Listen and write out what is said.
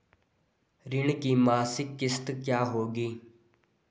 ऋण की मासिक किश्त क्या होगी?